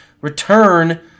return